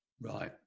right